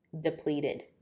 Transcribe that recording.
depleted